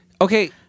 okay